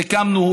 סיכמנו.